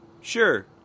Sure